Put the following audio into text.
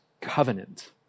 covenant